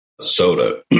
soda